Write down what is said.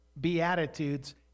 Beatitudes